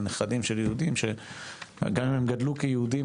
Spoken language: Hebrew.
על נכדים של יהודים שגם אם הם גדלו כיהודים